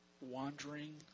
wandering